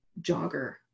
jogger